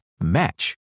match